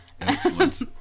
Excellent